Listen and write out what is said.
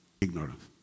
Ignorance